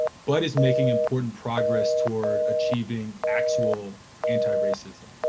but is making important progress toward achieving actual anti-racism?